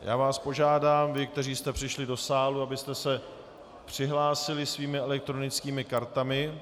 Já vás požádám, vás, kteří jste přišli do sálu, abyste se přihlásili svými elektronickými kartami.